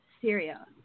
Syria